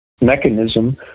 mechanism